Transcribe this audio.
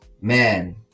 man